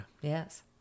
Yes